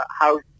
house